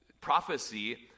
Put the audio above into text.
prophecy